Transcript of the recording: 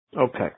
Okay